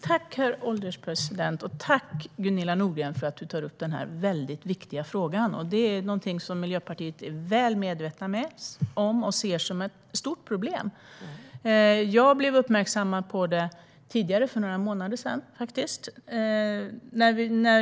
Herr ålderspresident! Tack, Gunilla Nordgren, för att du tar upp denna väldigt viktiga fråga. Detta är något som Miljöpartiet är väl medvetet om och ser som ett stort problem. Jag blev uppmärksammad på det för några månader sedan.